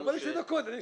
אלה היו שתי שניות.